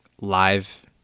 live